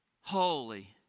holy